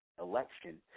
election